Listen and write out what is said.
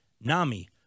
NAMI